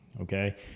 Okay